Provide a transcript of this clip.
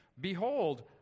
Behold